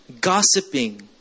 Gossiping